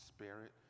Spirit